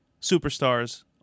superstars